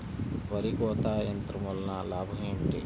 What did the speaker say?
వరి కోత యంత్రం వలన లాభం ఏమిటి?